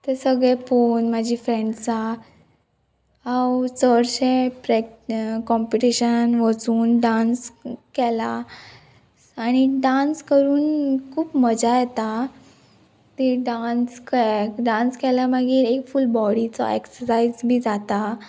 तें सगळे पोवून म्हाजी फ्रेंड्सां हांव चडशे प्रॅक् कॉम्पिटिशनान वचून डांस केला आनी डांस करून खूब मजा येता ती डांस डांस केल्या मागीर एक फूल बॉडीचो एक्सर्सायज बी जाता